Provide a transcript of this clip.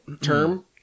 Term